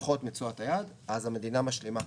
ופחות מתשואת היעד, אז המדינה משלימה כסף.